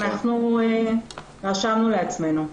אנחנו רשמנו לעצמנו.